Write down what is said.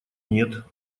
нет